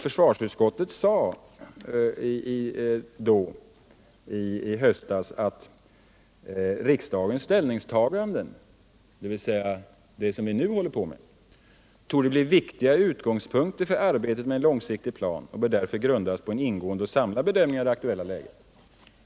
Försvarsutskottet sade i höstas att riksdagens ställningstagande — dvs. det som vi nu håller på med — torde bli en av de viktigare utgångspunkterna för arbetet med en långsiktig plan och att det därför borde grundas på en ingående och samlad bedömning av det aktuella läget.